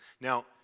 Now